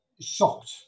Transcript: shocked